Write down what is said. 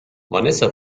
vanessa